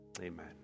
Amen